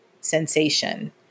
sensation